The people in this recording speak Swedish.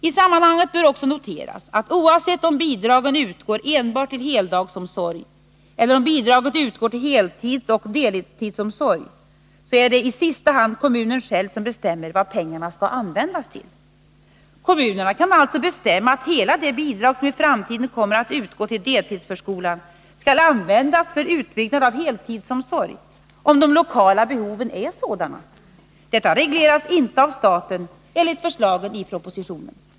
I sammanhanget bör också noteras att oavsett om bidragen utgår enbart till heldagsomsorg eller om bidraget utgår till heltidsoch deltidsomsorg så är det isista hand kommunerna själva som bestämmer vad pengarna skall användas till. Kommunerna kan alltså bestämma att hela det bidrag som i framtiden kommer att utgå till deltidsförskolan skall användas för en utbyggnad av heltidsomsorgen, om de lokala behoven är sådana. Detta regleras inte av staten, enligt förslagen i propositionen.